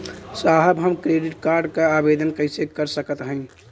साहब हम credit card क आवेदन कइसे कर सकत हई?